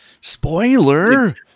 Spoiler